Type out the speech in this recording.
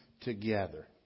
together